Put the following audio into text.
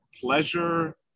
pleasure